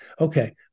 Okay